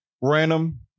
Random